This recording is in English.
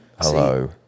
hello